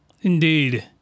indeed